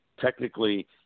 Technically